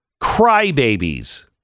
Crybabies